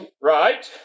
Right